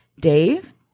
Dave